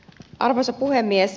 arvoisa puhemies